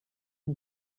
and